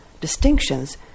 distinctions